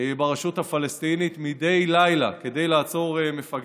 ברשות הפלסטינית, מדי לילה, כדי לעצור מפגעים.